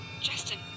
Justin